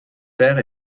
pairs